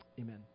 Amen